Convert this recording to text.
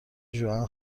ژوئن